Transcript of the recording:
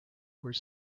were